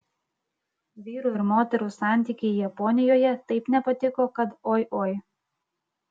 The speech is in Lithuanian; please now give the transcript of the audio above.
vyrų ir moterų santykiai japonijoje taip nepatiko kad oi oi